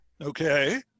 Okay